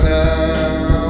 now